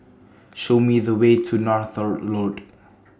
Show Me The Way to Northolt Road